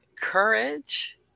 courage